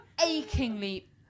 achingly